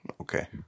Okay